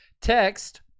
text